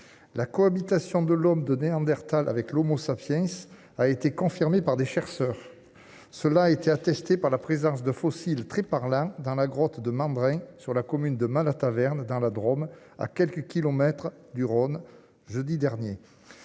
la cohabitation de l'homme de Néandertal avec l'Homo sapiens a été confirmée par des chercheurs, cela a été attestée par la présence de fossiles très par là dans la grotte de membres sur la commune de Malataverne dans la Drôme, à quelques kilomètres du Rhône, jeudi dernier,